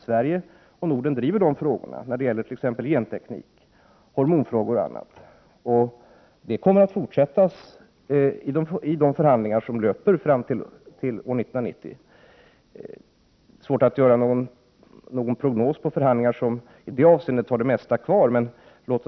Sverige och Norden driver de frågorna när det gäller genteknik, hormoner och annat, och det kommer vi att fortsätta att göra i de förhandlingar som löper fram till 1990. Det är svårt att göra någon prognos för förhandlingar som i det avseendet har det mesta arbetet kvar.